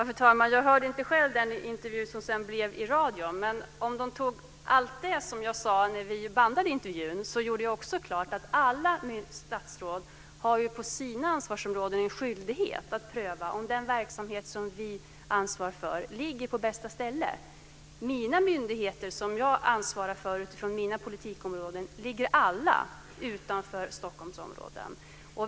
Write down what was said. Fru talman! Jag hörde inte själv den intervju som sedan sändes i radion. Men om de tog med allt det jag sade när intervjun bandades framgick det att jag gjorde klart att alla statsråd har på sina ansvarsområden en skyldighet att pröva att den verksamhet de ansvarar för ligger på bästa stället. De myndigheter jag ansvarar för utifrån mina politikområden ligger alla utanför Stockholmsområdet.